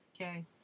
Okay